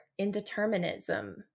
indeterminism